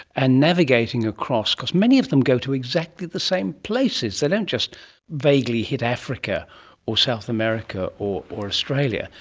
and navigating across, because many of them go to exactly the same places, they don't just vaguely hit africa or south america or or australia,